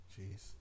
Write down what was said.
Jeez